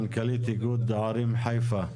מנכ"לית איגוד ערים חיפה.